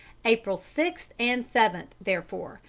april six and seven, therefore,